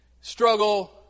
struggle